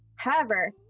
however,